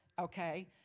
okay